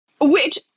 Which-